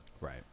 Right